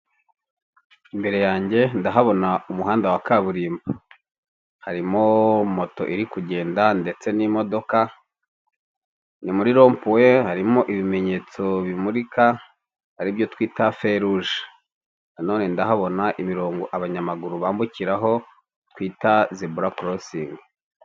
Imbere yange ndahabona umuhanda wa kaburimbo, harimo moto iri kugenda ndetse n'imodoka, ni muri rompuwe harimo ibimenyetso bimurika aribyo twita fe ruje, na none ndahabona imirongo abanyamaguru bambukiraho twita zebura korosingi.